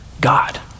God